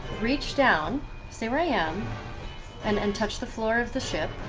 reach down stay where i am and and touch the floor of the ship,